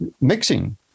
mixing